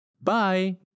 Bye